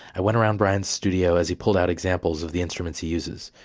i went around brian's studio as he pulled out examples of the instruments he uses.